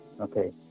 Okay